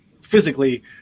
physically